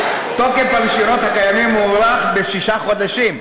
תוקף הרישיונות הקיימים הוארך בשישה חודשים.